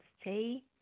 stay